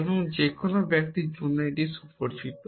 এমন যেকোন ব্যক্তির জন্য সুপরিচিত